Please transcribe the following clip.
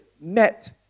met